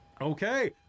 Okay